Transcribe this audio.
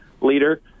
leader